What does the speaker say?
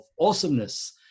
Awesomeness